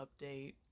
update